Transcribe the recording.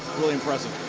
really impressive.